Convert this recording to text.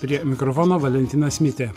prie mikrofono valentinas mitė